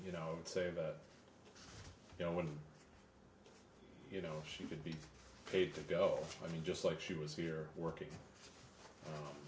you know say that you know when you know she should be paid to go i mean just like she was here working